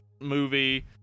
movie